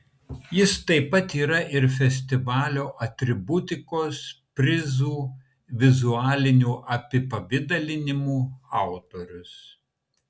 jis taip pat yra ir festivalio atributikos prizų vizualinių apipavidalinimų autorius